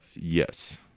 yes